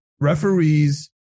referees